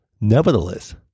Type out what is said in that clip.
Nevertheless